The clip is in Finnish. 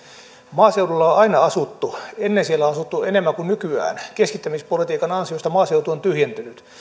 maaseudulla on on aina asuttu ennen siellä on asuttu enemmän kuin nykyään keskittämispolitiikan ansiosta maaseutu on tyhjentynyt